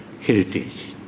heritage